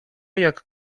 jak